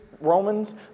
Romans